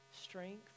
strength